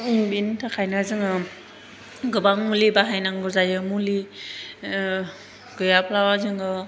बिनि थाखायनो जोङो गोबां मुलि बाहायनांगौ जायो मुलि गैयाब्लाबो जोङो